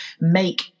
make